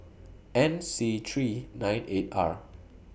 N C three nine eight R